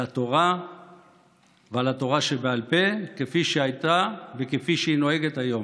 על התורה ועל התורה שבעל פה כפי שהייתה וכפי שהיא נוהגת היום.